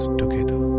together